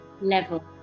level